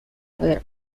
their